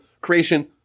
creation